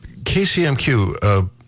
KCMQ